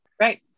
right